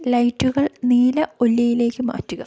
ലൈറ്റുകൾ നീല ഒല്ലിയിലേക്ക് മാറ്റുക